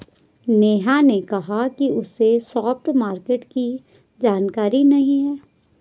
नेहा ने कहा कि उसे स्पॉट मार्केट की जानकारी नहीं है